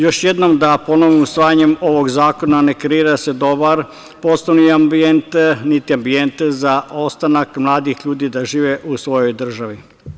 Još jednom da ponovim, usvajanjem ovog zakona ne kreira se dobar poslovni ambijent, niti ambijent za ostanak mladih ljudi da žive u svojoj državi.